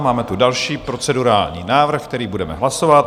Máme tu další procedurální návrh, který budeme hlasovat.